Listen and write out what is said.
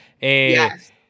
Yes